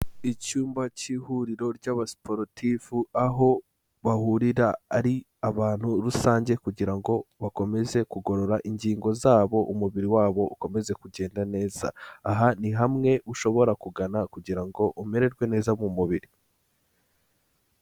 Icyumba cy'ihuriro ry'abasiporotifu aho bahurira ari abantu rusange kugira ngo bakomeze kugorora ingingo zabo umubiri wabo ukomeze kugenda neza, aha ni hamwe ushobora kugana kugira ngo umererwe neza mu mubiri.